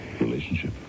relationship